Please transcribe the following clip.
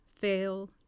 fail